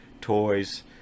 toys